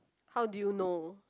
how do you know